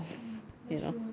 oh that's true